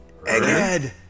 Egghead